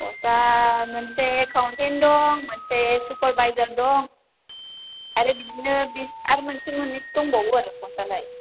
पस्तआ मोनसे एकाउन्टे दं मोनसे सुपारभाइजार दं आरो बिदिनो आरो मोनसे मोननैसो दंबावो आरो पस्तआलाय